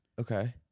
Okay